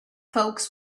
folks